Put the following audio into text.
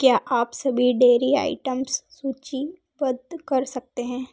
क्या आप सभी डेरी आइटम्स सूचीबद्ध कर सकते हैं